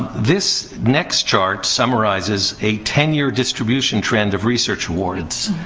this next chart summarizes a ten year distribution trend of research awards.